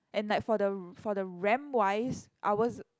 and like for the for the ramp wise ours